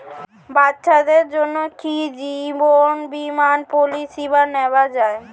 বাচ্চাদের জন্য কি জীবন বীমা পলিসি নেওয়া যায়?